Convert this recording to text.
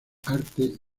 artes